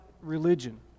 religion